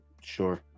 Sure